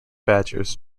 badgers